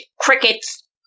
crickets